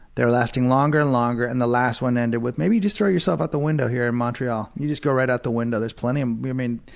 they were lasting longer and longer, and the last one ended with, maybe just throw yourself out the window here in montreal. you just go right out the window. there's plenty and i mean,